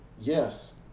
Yes